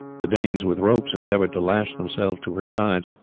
the danes with ropes endeavoured to lash themselves to her sides,